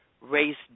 Race